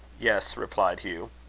yes, replied hugh.